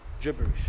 gibberish